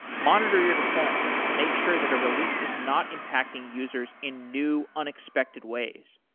monitor your deployments to make sure that a release is not impacting users in new unexpected ways,